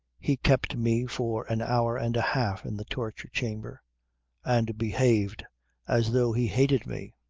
he kept me for an hour and a half in the torture chamber and behaved as though he hated me.